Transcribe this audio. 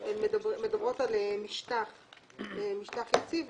אלא על משטח יציב.